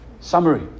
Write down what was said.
Summary